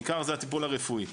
העיקר זה הטיפול הרפואי.